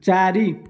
ଚାରି